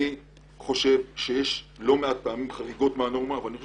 אני חושב שיש לא מעט פעמים חריגות מהנורמה אבל אני חושב